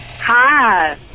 Hi